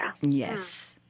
Yes